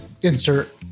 insert